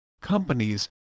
companies